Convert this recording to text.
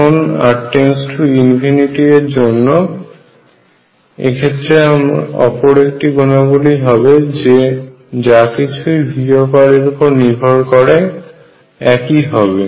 এখন r →∞ এর জন্য এক্ষেত্রে অপর একটি গুণাবলী হবে যে যা কিছুই V এর উপরে নির্ভর করে একই হবে